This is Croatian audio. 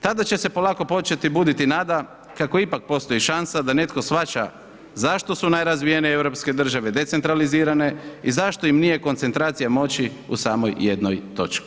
Tada će se polako početi buditi nada kako ipak postoji šansa da netko shvaća zašto su najrazvijenije europske države decentralizirane i zašto im nije koncentracija moći u samoj jednoj točki.